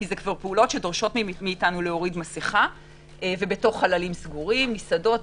כי הן דורשות מאתנו להוריד מסכה ובחללים סגורים מסעדות,